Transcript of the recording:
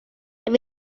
are